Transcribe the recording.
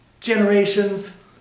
generations